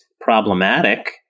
problematic